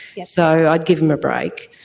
yeah so i'd give them a break.